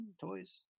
toys